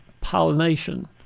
pollination